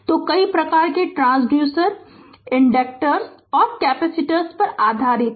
तो कई प्रकार के ट्रांसड्यूसर इनडकटेनस और कैपेसिटेंस पर आधारित होते हैं